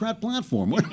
platform